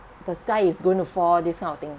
the sky is going to fall this kind of thing